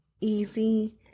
easy